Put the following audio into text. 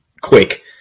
quick